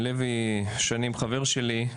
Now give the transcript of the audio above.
לוי שנים חבר שלי.